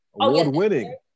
Award-winning